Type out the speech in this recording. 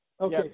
Okay